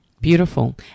Beautiful